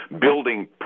Building